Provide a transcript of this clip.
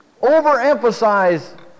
overemphasize